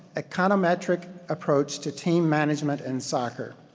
econometric approach to team management and soccer.